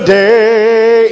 day